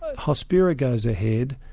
ah hospira goes ahead,